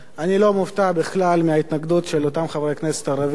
אני לא מופתע בכלל מההתנגדות של אותם חברי כנסת ערבים